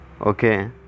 Okay